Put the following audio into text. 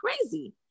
crazy